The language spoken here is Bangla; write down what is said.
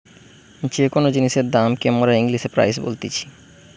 যে কোন জিনিসের দাম কে মোরা ইংলিশে প্রাইস বলতিছি